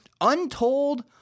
untold